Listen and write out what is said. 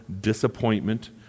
disappointment